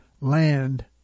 land